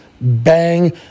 bang